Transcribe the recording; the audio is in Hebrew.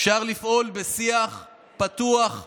אפשר לפעול בשיח פתוח,